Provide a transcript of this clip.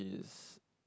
his